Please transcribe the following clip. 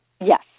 Yes